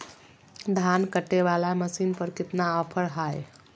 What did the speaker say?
धान कटे बाला मसीन पर कितना ऑफर हाय?